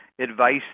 advice